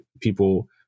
people